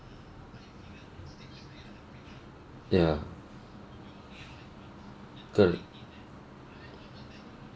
ya correct